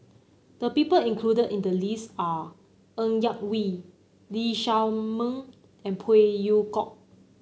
the people included in the list are Ng Yak Whee Lee Shao Meng and Phey Yew Kok